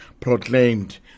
proclaimed